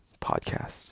podcast